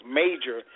major